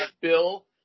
Bill